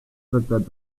tractats